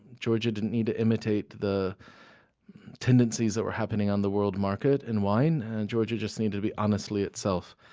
georgia didn't need to imitate the tendencies that were happening on the world market in wine georgia just needed to be honestly itself.